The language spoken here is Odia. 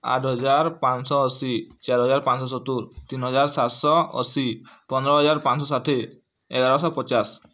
ଆଠ୍ ହଜାର ପାଞ୍ଚ ଶହ ଅଶୀ ଚାରି ହଜାର ପାଞ୍ଚ ଶହ ସତୁରି ତିନି ହଜାର ସାତ ଶହ ଅଶୀ ପନ୍ଦର ହଜାର ପାଞ୍ଚ ଶହ ଷାଠିଏ ଏଗାର ଶହ ପଚାଶ